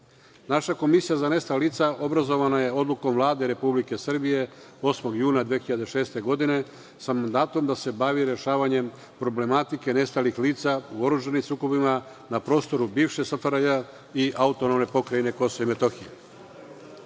Naša Komisija za nestala lica obrazovana je odlukom Vlade Republike Srbije 8. juna 2006. godine sa mandatom da se bavi rešavanjem problematike nestalih lica u oružanim sukobima na prostoru bivše SFRJ i AP Kosovo i Metohija.